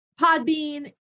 Podbean